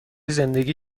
زندگی